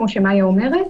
כמו שמאיה אומרת,